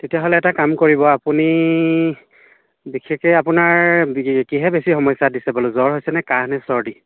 তেতিয়াহ'লে এটা কাম কৰিব আপুনি বিশেষকৈ আপোনাৰ বি কিহে বেছি সমস্যাত দিছে বলে জ্বৰ হৈছে নে কাঁহ নে চৰ্দি